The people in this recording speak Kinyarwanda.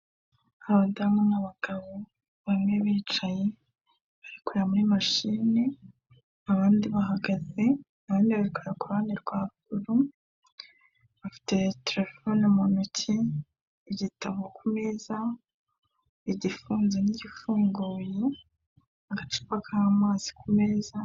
Abadamu n'abagabo bamwe bicaye bari kureba muri mashini, abandi bahagaze, abandi bari kureba ku ruhande rwa ruguru, bafite terefone mu ntoki, igitabo ku meza, igifunze n'igifunguye, agacupa k'amazi ku meza.